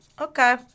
Okay